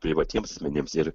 privatiems asmenims ir